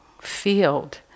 field